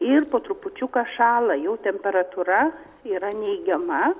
ir po trupučiuką šąla jau temperatūra yra neigiama